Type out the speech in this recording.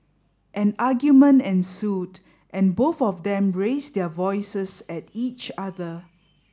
an argument ensued and both of them raised their voices at each other